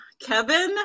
kevin